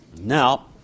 Now